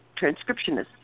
transcriptionists